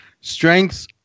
Strengths